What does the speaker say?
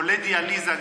חולי דיאליזה,